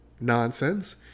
Nonsense